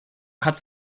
hat